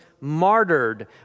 martyred